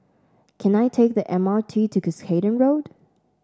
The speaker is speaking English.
can I take the M R T to Cuscaden Road